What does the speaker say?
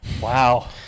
Wow